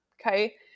Okay